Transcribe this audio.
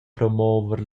promover